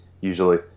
usually